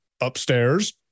upstairs